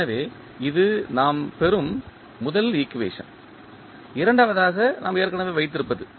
எனவே இது நாம் பெறும் முதல் ஈக்குவேஷன் இரண்டாவதாக நாம் ஏற்கனவே வைத்திருப்பது